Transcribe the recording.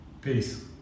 Peace